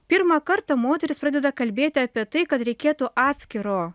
pirmą kartą moterys pradeda kalbėti apie tai kad reikėtų atskiro